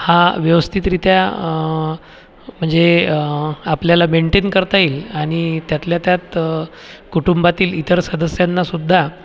हा व्यवस्थितरित्या म्हंजे आपल्याला मेंटेन करता येईल आणि त्यातल्या त्यात कुटुंबातील इतर सदस्यांनासुद्धा